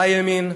לימין.